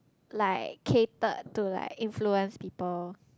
like catered to like influence people